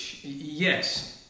yes